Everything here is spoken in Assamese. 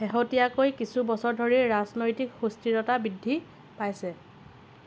শেহতীয়াকৈ কিছু বছৰ ধৰি ৰাজনৈতিক সুস্থিৰতা বৃদ্ধি পাইছে